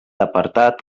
apartat